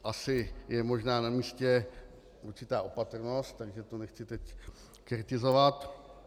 Asi je možná namístě určitá opatrnost, takže tu nechci teď kritizovat.